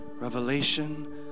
revelation